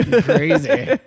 Crazy